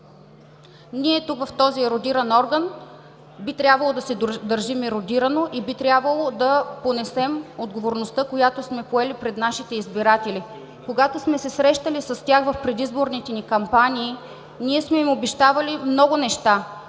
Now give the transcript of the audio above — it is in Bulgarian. Ние тук в този ерудиран орган би трябвало да се държим ерудирано и би трябвало да понесем отговорността, която сме поели пред нашите избиратели. Когато сме се срещали с тях в предизборните ни кампании, ние сме им обещавали много неща,